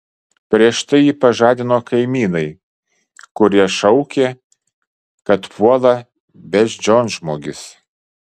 prieš tai jį pažadino kaimynai kurie šaukė kad puola beždžionžmogis